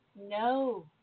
No